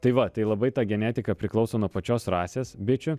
tai va tai labai ta genetika priklauso nuo pačios rasės bičių